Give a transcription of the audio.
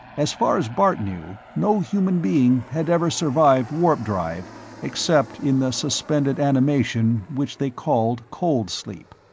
as far as bart knew, no human being had ever survived warp-drive except in the suspended animation which they called cold-sleep.